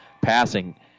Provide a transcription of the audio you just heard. passing